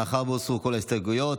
מאחר שהוסרו כל ההסתייגויות,